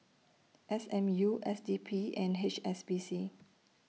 S M U S D P and H S B C